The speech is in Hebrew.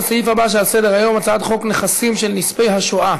לסעיף הבא שעל סדר-היום: הצעת חוק נכסים של נספי השואה